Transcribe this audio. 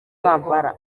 kampala